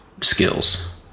skills